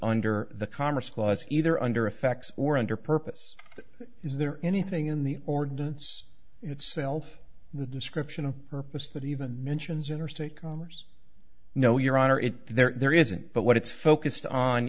under the commerce clause either under effects or under purpose is there anything in the ordinance itself the description of purpose that even mentions interstate commerce no your honor it there isn't but what it's focused on